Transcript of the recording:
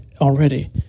already